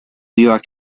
york